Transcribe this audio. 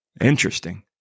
Interesting